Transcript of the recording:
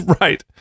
Right